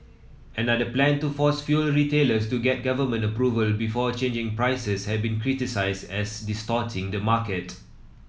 another plan to force fuel retailers to get government approval before changing prices has been criticised as distorting the market